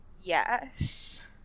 yes